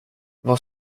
vad